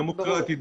דמוקרטית,